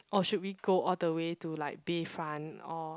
or should we go all the way to like Bayfront or